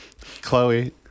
Chloe